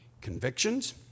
convictions